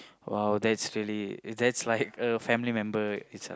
!wow! that's really that's like a family member it's